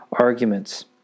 arguments